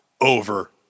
over